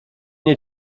nie